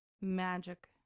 magic